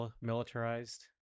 militarized